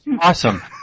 Awesome